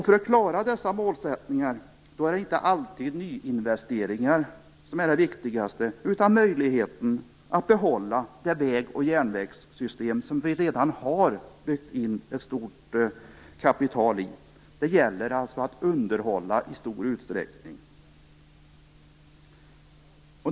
För att klara dessa målsättningar är det inte alltid nyinvesteringar som är det viktigaste, utan möjligheten att behålla det väg och järnvägssystem som vi redan har byggt in ett stort kapital i. Det gäller alltså att underhålla i stor utsträckning.